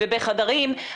ובחדרים,